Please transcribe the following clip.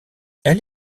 elle